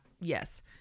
Yes